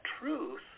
truth